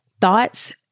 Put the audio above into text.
thoughts